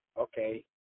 okay